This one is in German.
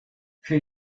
für